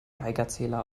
geigerzähler